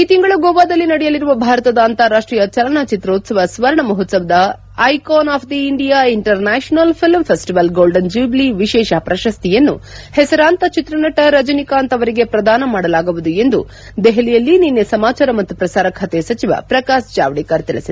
ಈ ತಿಂಗಳು ಗೋವಾದಲ್ಲಿ ನಡೆಯಲಿರುವ ಭಾರತದ ಅಂತಾರಾಷ್ಷೀಯ ಚಲನ ಚಿತ್ರೋತ್ಸವದ ಸ್ವರ್ಣ ಮಹೋತ್ಲವದ icon of the India international film festival golden jubilee ವಿಶೇಷ ಪ್ರಶಸ್ತಿಯನ್ನು ಹೆಸರಾಂತ ಚಿತ್ರನಟ ರಜನಿಕಾಂತ್ ಅವರಿಗೆ ಪ್ರದಾನ ಮಾಡಲಾಗುವುದು ಎಂದು ದೆಹಲಿಯಲ್ಲಿ ನಿನ್ನೆ ಸಮಾಚಾರ ಮತ್ತು ಪ್ರಸಾರ ಖಾತೆಯ ಸಚಿವ ಪ್ರಕಾಶ್ ಜಾವಡೇಕರ್ ತಿಳಿಸಿದ್ದಾರೆ